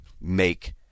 make